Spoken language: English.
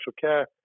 care